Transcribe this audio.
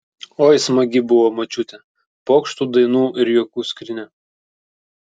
oi smagi buvo močiutė pokštų dainų ir juokų skrynia